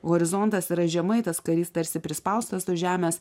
horizontas yra žemai tas karys tarsi prispaustas už žemės